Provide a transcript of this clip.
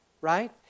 right